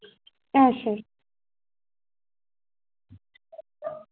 अच्छा